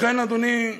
לכן, אדוני,